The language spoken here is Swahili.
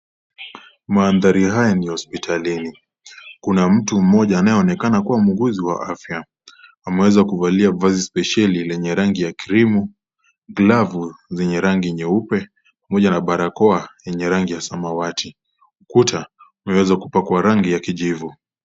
Mandhari haya ni hospitalini. Kuna mtu moja aonekana kuwa muuguzi wa afya. Ameweza kuvalia vazi spesheli yenye rangi ya cream , glavu zenye rangi nyeupe, pamoja na barakoa yenye rangi ya samawati, ukuta imeweza kupakwa rangi ya kijivu